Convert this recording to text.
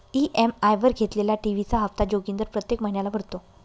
EMI वर घेतलेल्या TV चा हप्ता जोगिंदर प्रत्येक महिन्याला भरतो